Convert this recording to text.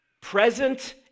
present